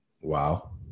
wow